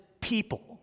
people